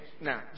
Now